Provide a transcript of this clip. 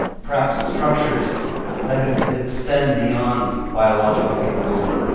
perhaps, structures that could extend beyond biological capability.